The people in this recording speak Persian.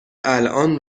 الان